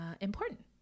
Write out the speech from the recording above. important